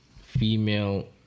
female